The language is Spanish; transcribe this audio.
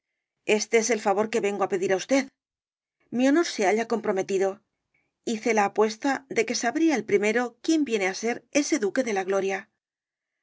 este es el favor que vengo á pedir á usted mi honor se halla comprometido hice la apuesta de que sabría el primero quién viene á ser ese duque de la gloria